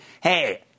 Hey